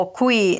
qui